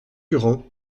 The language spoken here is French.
durand